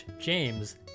James